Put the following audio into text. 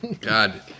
God